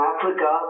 Africa